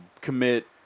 commit